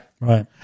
Right